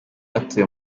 atuye